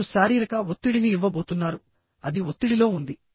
మీరు శారీరక ఒత్తిడిని ఇవ్వబోతున్నారు అది ఒత్తిడిలో ఉంది